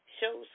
shows